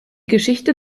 geschichte